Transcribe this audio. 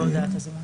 נחשוב על זה.